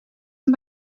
een